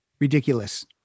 ridiculous